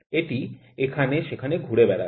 এটি এখানে সেখানে ঘুরে বেড়াবে